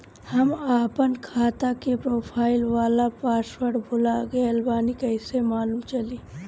हम आपन खाता के प्रोफाइल वाला पासवर्ड भुला गेल बानी कइसे मालूम चली?